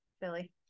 Philly